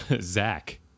Zach